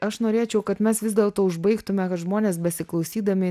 aš norėčiau kad mes vis dėlto užbaigtume kad žmonės besiklausydami